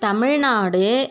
Tamil Nadu